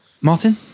Martin